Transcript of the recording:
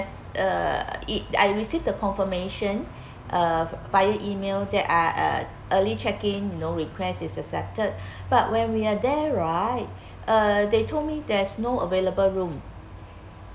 that's uh it I received the confirmation uh via E-mail that uh uh early check-in you know request is accepted but when we are there right uh they told me there's no available room